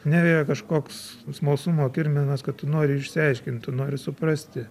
neveja kažkoks smalsumo kirminas kad tu nori išsiaiškint tu nori suprasti